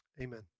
Amen